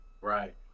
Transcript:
Right